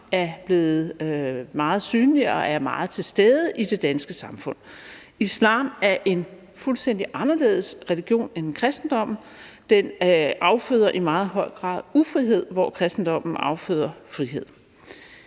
er blevet meget synlig og er meget til stede i det danske samfund. Islam er en fuldstændig anderledes religion end kristendommen. Den afføder en meget stor grad af ufrihed, hvor kristendommen afføder frihed.